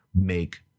make